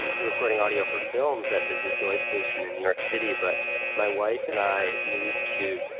recording audio for films, that there's this noise pollution in new york city. but my wife and i moved to